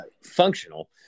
functional